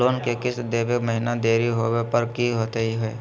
Loan के किस्त देवे महिना देरी होवे पर की होतही हे?